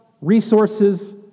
resources